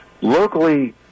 locally